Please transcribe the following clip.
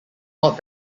not